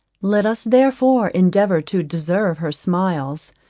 let us therefore endeavour to deserve her smiles,